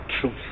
truth